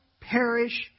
perish